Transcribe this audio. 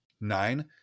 Nine